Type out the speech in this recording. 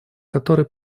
который